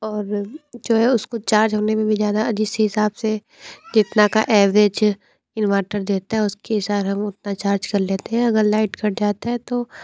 और जो है उसको चार्ज होने में भी ज़्यादा जिस हिसाब से कितना का एवरेज इनवर्टर देता है उसके हिसाब हम उसका चार्ज कर लेते हैं अगर लाइट कट जाता है तो